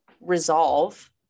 resolve